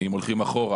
ואם הולכים אחורה,